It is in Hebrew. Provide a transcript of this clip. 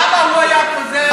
למה הוא היה כזה,